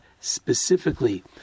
specifically